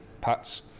Pats